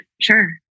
sure